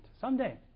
Someday